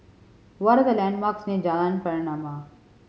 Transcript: what are the landmarks near Jalan Pernama